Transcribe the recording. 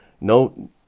no